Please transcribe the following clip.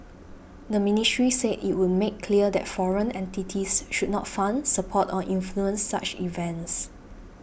the ministry said it would make clear that foreign entities should not fund support or influence such events